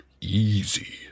easy